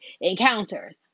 encounters